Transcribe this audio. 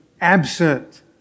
absent